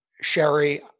sherry